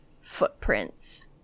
footprints